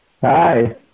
Hi